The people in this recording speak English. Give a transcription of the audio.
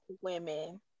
women